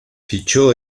fichó